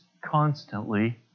constantly